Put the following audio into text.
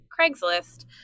Craigslist